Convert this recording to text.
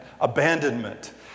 abandonment